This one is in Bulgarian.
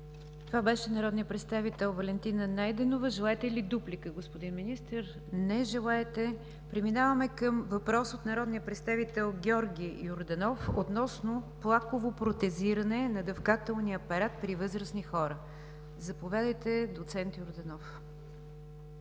представител Валентина Найденова. Желаете ли дуплика, господин Министър? Не желаете. Преминаваме към въпрос от народния представител Георги Йорданов относно плаково протезиране на дъвкателния апарат при възрастни хора. Заповядайте, доц. Йорданов.